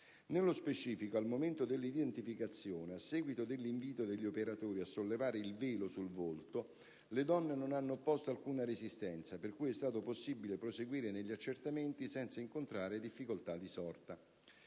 Nello specifico, al momento dell'identificazione, a seguito dell'invito degli operatori a sollevare il velo sul volto, le donne non hanno opposto alcuna resistenza, per cui è stato possibile proseguire negli accertamenti, senza incontrare difficoltà di sorta.